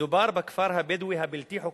מדובר בכפר הבדואי הבלתי-חוקי,